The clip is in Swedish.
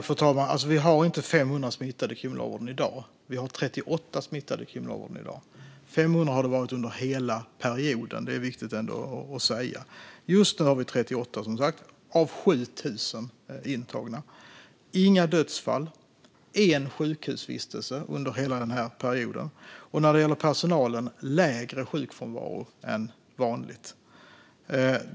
Fru talman! Vi har inte 500 smittade i kriminalvården i dag, utan vi har 38 smittade i kriminalvården i dag. Det har varit 500 smittade under hela perioden; det är viktigt att säga. Just nu har vi som sagt 38 smittade av 7 000 intagna. Vi har inga dödsfall. Vi har en enda sjukhusvistelse under hela denna period. När det gäller personalen är sjukfrånvaron lägre än vanligt.